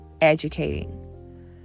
educating